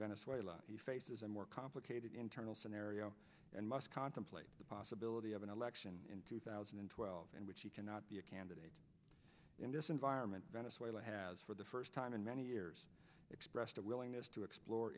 venezuela he faces a more complicated internal scenario and must contemplate the possibility of an election in two thousand and twelve and which he cannot be a candidate in this environment venezuela has for the first time in many years expressed a willingness to explore